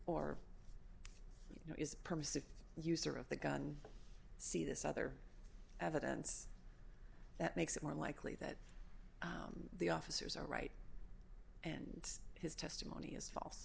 or you know is a permissive user of the gun see this other evidence that makes it more likely that the officers are right and his testimony as fa